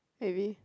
maybe